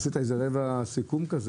עשית רבע סיכום.